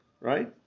Right